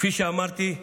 כפי שאמרתי,